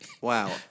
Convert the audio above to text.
Wow